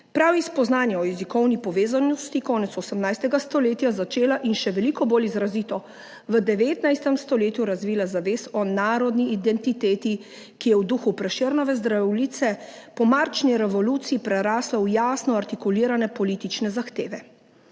Prav iz spoznanja o jezikovni povezanosti se je konec 18. stoletja začela in še veliko bolj izrazito v 19. stoletju razvila zavest o narodni identiteti, ki je v duhu Prešernove Zdravljice po marčni revoluciji prerasla v jasno artikulirane politične zahteve.